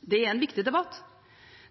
Det er en viktig debatt.